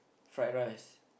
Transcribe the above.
fried rice